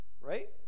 right